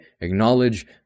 Acknowledge